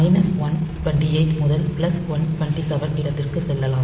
128 முதல் 127 இடத்திற்கு செல்லலாம்